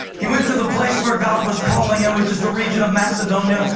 he went to the place where god was calling him, which is the region of macedonia,